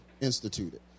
instituted